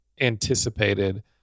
anticipated